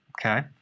Okay